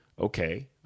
okay